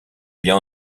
biens